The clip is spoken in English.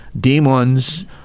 demons